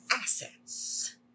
assets